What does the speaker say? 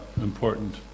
important